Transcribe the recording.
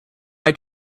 eye